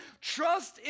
Trust